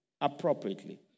appropriately